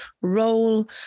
role